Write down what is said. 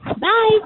Bye